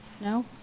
No